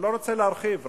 אני לא רוצה להרחיב,